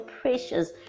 precious